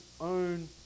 own